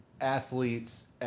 athletes